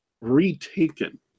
retaken